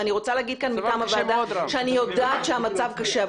ואני רוצה להגיד כאן מטעם הוועדה שאני יודעת שהמצב קשה,